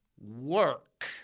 work